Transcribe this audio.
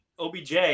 OBJ